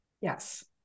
Yes